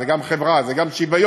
זה גם חברה, זה גם שוויון,